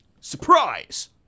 Surprise